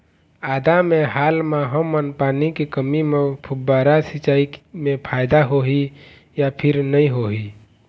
आदा मे हाल मा हमन पानी के कमी म फुब्बारा सिचाई मे फायदा होही या फिर नई होही?